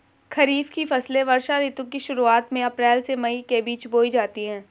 खरीफ की फसलें वर्षा ऋतु की शुरुआत में अप्रैल से मई के बीच बोई जाती हैं